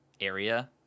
area